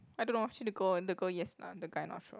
I don't know she the girl and the girl yes the guy not sure